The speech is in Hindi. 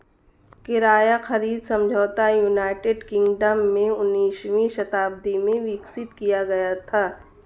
किराया खरीद समझौता यूनाइटेड किंगडम में उन्नीसवीं शताब्दी में विकसित किया गया था